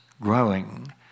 growing